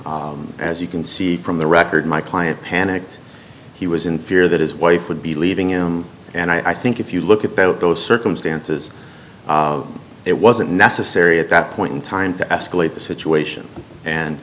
as you can see from the record my client panicked he was in fear that his wife would be leaving him and i think if you look at both of those circumstances it wasn't necessary at that point in time to escalate the situation and